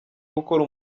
gukora